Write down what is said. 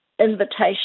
invitation